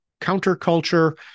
counterculture